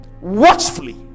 watchfully